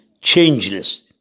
changeless